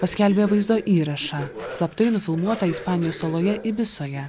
paskelbė vaizdo įrašą slaptai nufilmuotą ispanijos saloje ibisoje